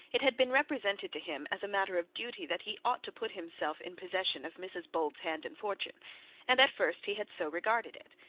it had been represented to him as a matter of duty that he ought to put himself in possession of mrs bold's hand and fortune and at first he had so regarded it.